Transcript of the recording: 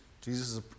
Jesus